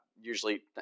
usually